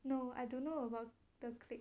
no I don't know about the clique